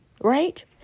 Right